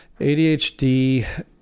ADHD